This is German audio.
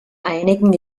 einigen